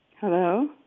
Hello